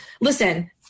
listen